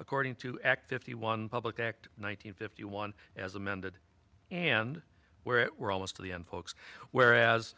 according to act if the one public act one thousand fifty one as amended and where we're almost to the end folks whereas